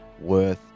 worth